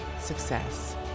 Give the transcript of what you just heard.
success